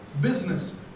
business